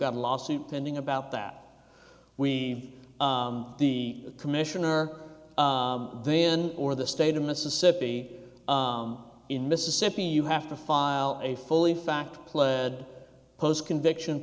got a lawsuit pending about that we the commissioner then or the state of mississippi in mississippi you have to file a fully fact pled post conviction